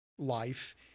life